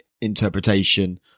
interpretation